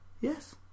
Yes